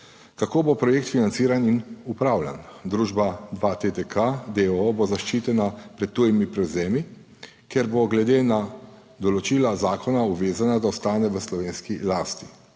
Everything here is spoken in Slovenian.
kako bo projekt financiran in upravljan. Družba 2TDK, d. o. o., bo zaščitena pred tujimi prevzemi, ker bo glede na določila zakona obvezana, da ostane v slovenski lasti.